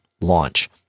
launch